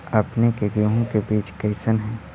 अपने के गेहूं के बीज कैसन है?